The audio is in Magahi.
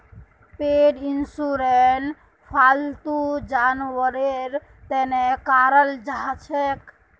पेट इंशुरंस फालतू जानवरेर तने कराल जाछेक